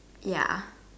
ya